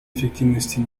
эффективности